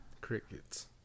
Crickets